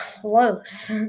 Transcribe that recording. close